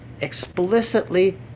explicitly